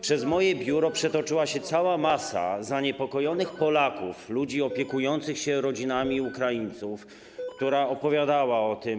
Przez moje biuro przetoczyła się cała masa zaniepokojonych Polaków, ludzi opiekujących się rodzinami Ukraińców, którzy opowiadali o tym.